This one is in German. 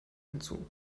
hinzu